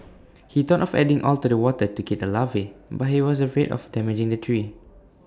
he thought of adding oil to the water to kill the larvae but he was afraid of damaging the tree